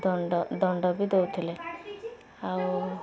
ଦଣ୍ଡ ଦଣ୍ଡ ବି ଦେଉଥିଲେ ଆଉ